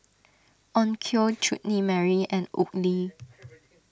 Onkyo Chutney Mary and Oakley